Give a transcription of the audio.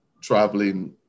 traveling